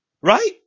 right